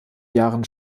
jahren